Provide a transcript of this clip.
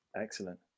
Excellent